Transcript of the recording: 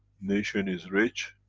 nation is rich,